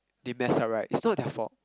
they mess up right it's not their fault